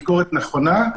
ביקורת נכונה,